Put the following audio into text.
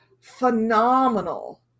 phenomenal